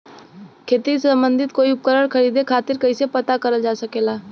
खेती से सम्बन्धित कोई उपकरण खरीदे खातीर कइसे पता करल जा सकेला?